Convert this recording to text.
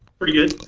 pretty good.